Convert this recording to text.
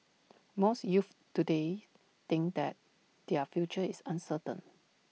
most youths today think that their future is uncertain